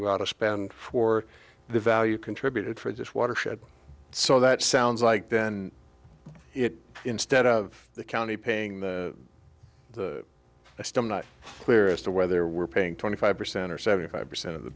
without a spend for the value contributed for this watershed so that sounds like then it instead of the county paying a still not clear as to whether we're paying twenty five percent or seventy five percent of the